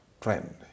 trend